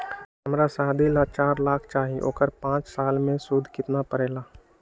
हमरा शादी ला चार लाख चाहि उकर पाँच साल मे सूद कितना परेला?